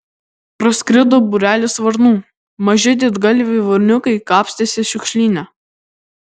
praskrido būrelis varnų maži didgalviai varniukai kapstėsi šiukšlyne